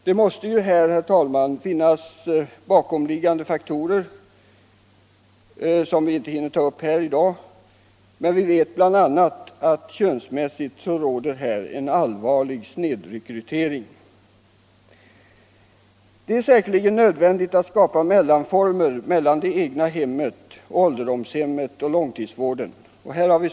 Det måste finnas allvarliga bakomliggande faktorer, som jag tyvärr inte hinner ta upp här. Könsmässigt råder här en allvarlig snedrekrytering. Det är säkerligen nödvändigt att skapa mellanformer mellan det egna hemmet och ålderdomshem/långtidsvården.